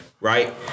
right